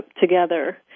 together